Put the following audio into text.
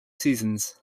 seasons